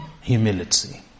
humility